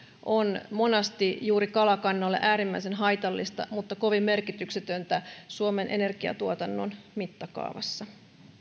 on monesti juuri kalakannoille äärimmäisen haitallista mutta kovin merkityksetöntä suomen energiatuotannon mittakaavassa